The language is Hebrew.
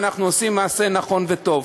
אנחנו עושים מעשה נכון וטוב.